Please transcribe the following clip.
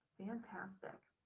fantastic.